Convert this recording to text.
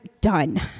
done